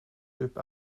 upp